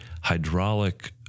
hydraulic